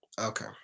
okay